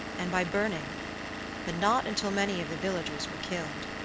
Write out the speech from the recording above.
and by burning but not until many of the villagers were killed.